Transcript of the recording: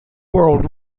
world